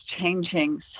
changing